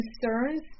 concerns